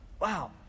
Wow